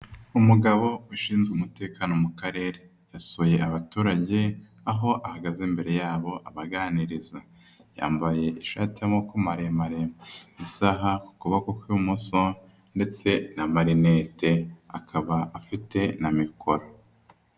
Umugabo ushinzwe umutekano mu Karere, yasuye abaturage, aho ahagaze imbere yabo abaganiriza. Yambaye ishati y'amaboko maremare, isaha ku ukuboko kw'imoso ndetse n'amarinete akaba afite na mikoro.